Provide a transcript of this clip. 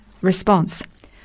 response